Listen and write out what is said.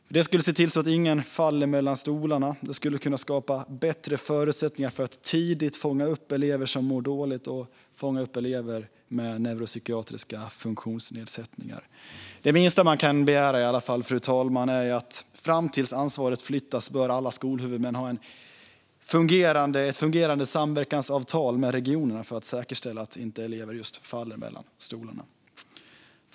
Detta skulle se till att ingen faller mellan stolarna och skulle kunna skapa bättre förutsättningar att tidigt fånga upp elever som mår dåligt och elever med neuropsykiatriska funktionsnedsättningar. Det minsta man kan begära, fru talman, är i alla fall att alla skolhuvudmän, fram tills att ansvaret flyttas, bör ha ett fungerande samverkansavtal med regionerna för att säkerställa att inte elever faller mellan stolarna.